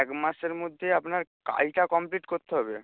এক মাসের মধ্যে আপনার কাজটা কমপ্লিট করতে হবে